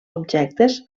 objectes